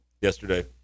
yesterday